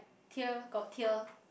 tear got tear